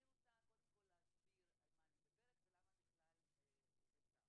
אני רוצה קודם כל להסביר על מה אני מדברת ולמה בכלל זה צף.